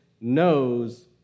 knows